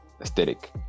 aesthetic